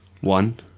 One